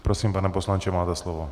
Prosím, pane poslanče, máte slovo.